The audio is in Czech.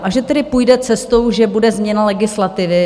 A že tedy půjde cestou, že bude změna legislativy.